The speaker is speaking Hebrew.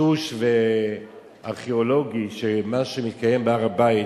הטשטוש הארכיאולוגי של מה שמתקיים בהר-הבית,